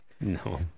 No